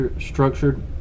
structured